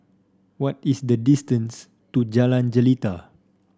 what is the distance to Jalan Jelita